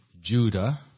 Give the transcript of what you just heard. Judah